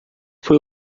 foi